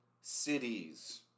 cities